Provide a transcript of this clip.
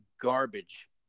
garbage